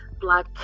black